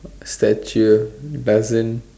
statue doesn't